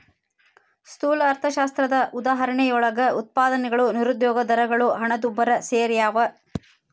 ಸ್ಥೂಲ ಅರ್ಥಶಾಸ್ತ್ರದ ಉದಾಹರಣೆಯೊಳಗ ಉತ್ಪಾದನೆಗಳು ನಿರುದ್ಯೋಗ ದರಗಳು ಹಣದುಬ್ಬರ ಸೆರ್ಯಾವ